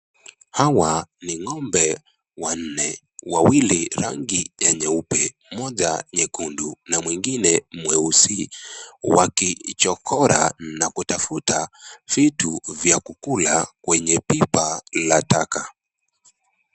Hawa ni ng'ombe wanne. Wawili rangi ya nyeupe, mmoja nyekundu na mwingine mweusi wakichokora na kutafuta vitu vya kukula kwenye pipa la taka.